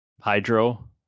Hydro